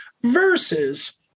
versus